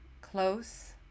close